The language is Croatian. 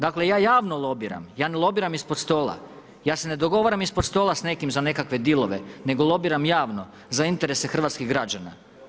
Dakle ja javno lobiram, ja ne lobiram ispod stola, ja se ne dogovaram ispod stola sa nekim za nekakve dilove nego lobiram javno za interese hrvatskih građana.